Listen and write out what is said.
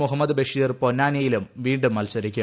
മുഹമ്മദ് ബഷീർ പൊന്നാനിയിലും വീണ്ടും മത്സരിക്കും